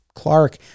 Clark